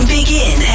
Begin